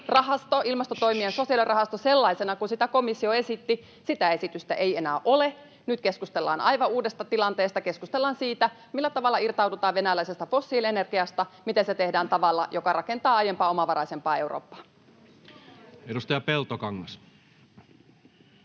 Tämä ilmastotoimien sosiaalirahasto sellaisena kuin sitä komissio esitti — sitä esitystä ei enää ole. Nyt keskustellaan aivan uudesta tilanteesta, keskustellaan siitä, millä tavalla irtaudutaan venäläisestä fossiilienergiasta ja miten se tehdään tavalla, joka rakentaa aiempaa omavaraisempaa Eurooppaa. [Speech 14]